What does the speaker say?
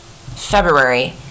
february